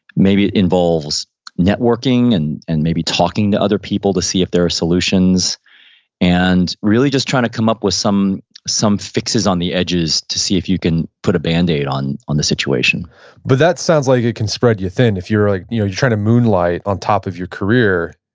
maybe it involves networking and and maybe talking to other people to see if there are solutions and really just trying to come up with some some fixes on the edges to see if you can put a bandaid on on the situation but that sounds like it can spread you thin. if you're ah trying to moonlight on top of your career,